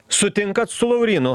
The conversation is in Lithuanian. sutinkat su laurynu